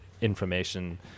information